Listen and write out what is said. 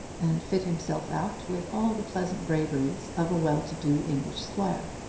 and fit himself out with all the pleasant braveries of a well-to-do english squire.